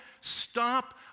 Stop